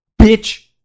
Bitch